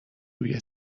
روی